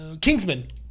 Kingsman